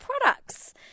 products